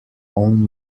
own